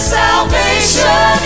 salvation